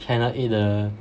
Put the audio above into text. Channel Eight 的